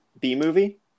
B-movie